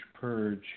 purge